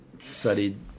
studied